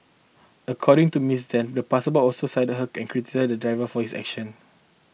according to Miss Deng the passerby also side her and criticized the driver for his action